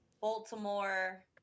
Baltimore